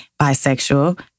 bisexual